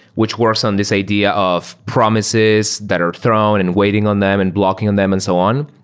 which works on this idea of promises that are thrown and waiting on them and blocking on them and so on.